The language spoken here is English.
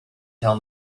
tell